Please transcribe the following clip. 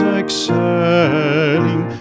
excelling